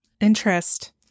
interest